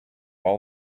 all